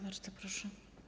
Bardzo proszę.